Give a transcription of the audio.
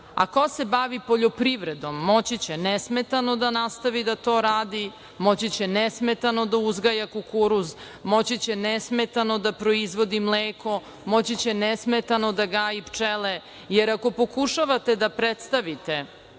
ko se bavi poljoprivredom moći će nesmetano da nastavi da to radi, moći će nesmetano da uzgaja kukuruz, moći će nesmetano da proizvodi mleko, moći će nesmetano da gaji pčele, jer ako pokušavate da predstavite